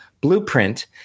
blueprint